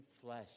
flesh